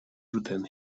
than